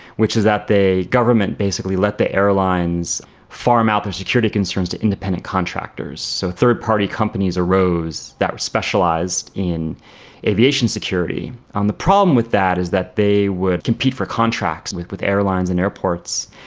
which is that the government basically let the airlines farm out their security concerns to independent contractors. so third-party companies arose that were specialised in aviation security. um the problem with that is that they would compete for contracts and with with airlines and airports,